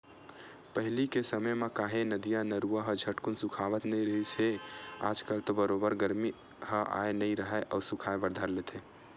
पहिली के समे म काहे नदिया, नरूवा ह झटकून सुखावत नइ रिहिस हे आज कल तो बरोबर गरमी ह आय नइ राहय अउ सुखाय बर धर लेथे